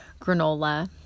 granola